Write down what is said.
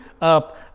up